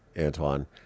Antoine